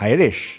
Irish